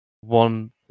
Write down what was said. one